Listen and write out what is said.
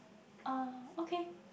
uh okay